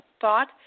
thought